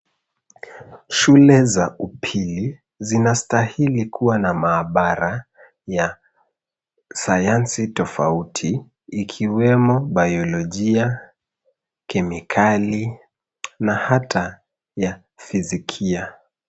Shule za upili zinastahili kuwa na maabara ya sayansi tafauti ikiwemo biolojia, kemikali na hata ya fizikia.